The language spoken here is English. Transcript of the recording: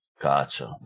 Gotcha